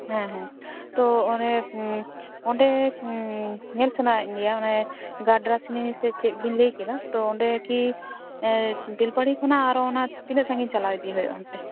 ᱦᱮᱸ ᱦᱮᱸ ᱛᱚ ᱚᱱᱮ ᱚᱸᱰᱮ ᱧᱮᱞ ᱥᱟᱱᱟᱭᱮᱫ ᱞᱮᱭᱟ ᱚᱱᱮ ᱜᱟᱰᱨᱟᱥᱤᱱᱤ ᱥᱮ ᱪᱮᱫ ᱵᱤᱱ ᱞᱟᱹᱭ ᱠᱮᱫᱟ ᱛᱚ ᱚᱸᱰᱮ ᱠᱤ ᱵᱮᱞᱯᱟᱦᱟᱲᱤ ᱠᱷᱚᱱᱟᱜ ᱟᱨᱚ ᱚᱱᱟ ᱛᱤᱱᱟᱹᱜ ᱥᱟᱺᱜᱤᱧ ᱪᱟᱞᱟᱣ ᱤᱫᱤ ᱦᱩᱭᱩᱜᱼᱟ ᱚᱱᱛᱮ